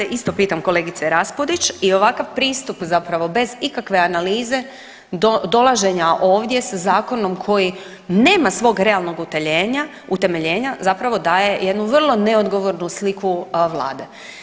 I ja se isto pitam kolegice Raspudić i ovakav pristup zapravo bez ikakve analize dolaženja ovdje sa zakonom koji nema svog realnog utemeljenja zapravo daje jednu vrlo neodgovornu sliku Vlade.